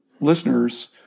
listeners